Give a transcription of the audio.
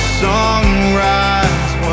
sunrise